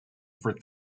for